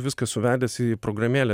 viską suvedęs į programėlę